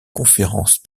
conférence